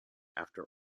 after